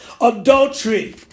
adultery